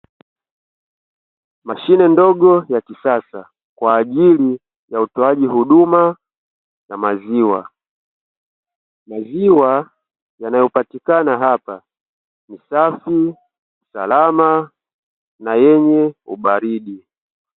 Mashine ndogo ya kisasa kwa ajili ya utoaji huduma ya maziwa. Maziwa yanayopatikana hapa ni safi, salama na yenye ubaridi.